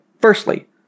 firstly